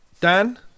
Dan